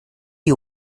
you